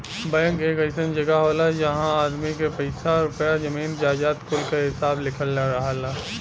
bank एक अइसन जगह होला जहां आदमी के पइसा रुपइया, जमीन जायजाद कुल क हिसाब लिखल रहला